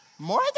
More